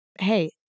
hey